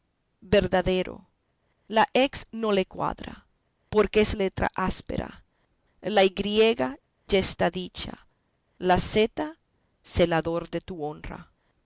verdadero la x no le cuadra porque es letra áspera la y ya está dicha la z zelador de tu honra